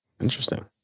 Interesting